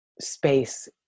space